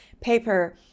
paper